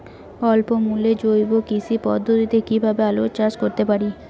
স্বল্প মূল্যে জৈব কৃষি পদ্ধতিতে কীভাবে আলুর চাষ করতে পারি?